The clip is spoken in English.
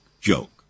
joke